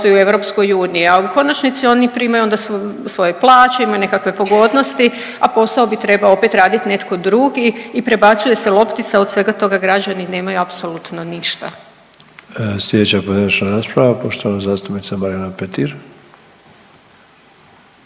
u EU, a u konačnici oni primaju onda svoje plaće, imaju nekakve pogodnosti a posao bi trebao opet raditi netko drugi i prebacuje se loptica. Od svega toga građani nemaju apsolutno ništa. **Sanader, Ante (HDZ)** Sljedeća pojedinačna rasprava poštovana zastupnica Marijana Petir.